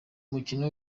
mukino